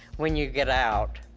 when you get out.